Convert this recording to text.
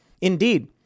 Indeed